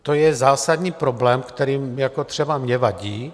To je zásadní problém, který třeba mně vadí.